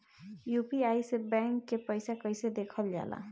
UPI से bank के पैसा कैसे देखल जाला?